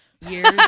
years